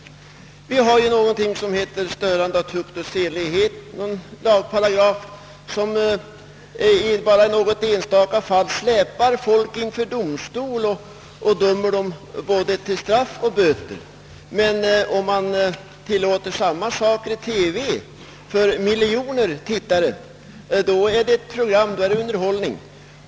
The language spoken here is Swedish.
Det finns ju en lagparagraf som behandlar sårande av tukt och sedlighet och enligt vilken personer som gjort sig skyldiga till någon enstaka förseelse kan släpas inför domstol och dömas till böter eller fängelsestraff. Men om samma handlingar utförs i TV, inför miljoner tittare, då är det ett program, då är det underhållning.